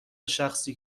شخصی